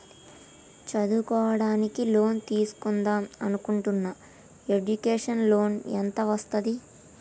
చదువుకోవడానికి లోన్ తీస్కుందాం అనుకుంటున్నా ఎడ్యుకేషన్ లోన్ ఎంత వస్తది?